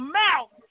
mouth